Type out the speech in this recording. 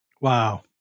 Wow